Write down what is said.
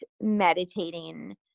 meditating